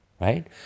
right